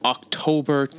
October